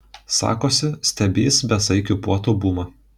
sakosi stebįs besaikių puotų bumą